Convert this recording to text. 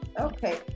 okay